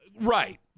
Right